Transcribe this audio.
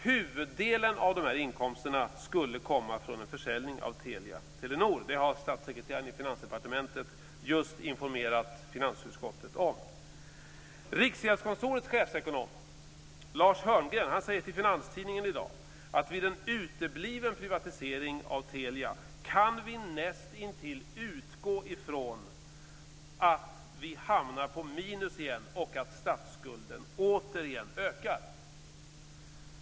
Huvuddelen av de inkomsterna skulle komma från en försäljning av Telia-Telenor. Det har statssekreteraren i Finansdepartementet just informerat finansutskottet om. Riksgäldskontorets chefsekonom Lars Hörngren säger i dag till Finanstidningen att vid en utebliven privatisering av Telia kan vi näst intill utgå ifrån att vi hamnar på minus igen och att statsskulden återigen ökar.